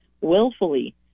willfully